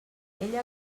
ella